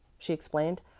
she explained.